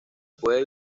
puede